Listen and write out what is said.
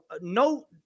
no